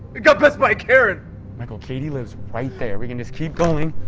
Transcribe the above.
it got best by karen michael katie lives right there we can just keep going